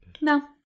No